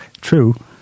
true